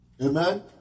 Amen